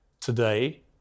today